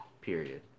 Period